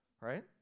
right